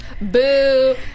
Boo